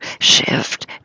shift